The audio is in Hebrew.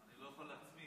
אני לא יכול להצמיד.